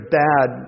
bad